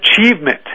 achievement